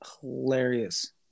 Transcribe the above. hilarious